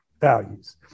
values